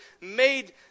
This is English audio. made